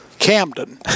Camden